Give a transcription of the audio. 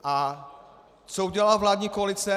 A co udělala vládní koalice?